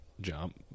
jump